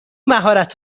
مهارت